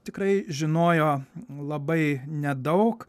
tikrai žinojo labai nedaug